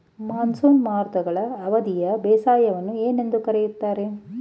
Monsoon ಮಾರುತಗಳ ಅವಧಿಯ ಬೇಸಾಯವನ್ನು ಏನೆಂದು ಕರೆಯುತ್ತಾರೆ?